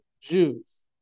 Jews